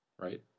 right